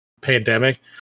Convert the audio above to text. pandemic